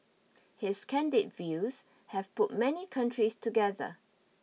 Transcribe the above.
his candid views have put many countries together